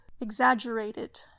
exaggerated